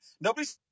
nobody's